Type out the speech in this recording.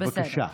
בבקשה.